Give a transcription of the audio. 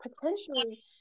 potentially